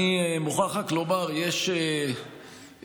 אני רק מוכרח לומר שיש ספורט,